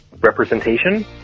representation